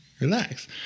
Relax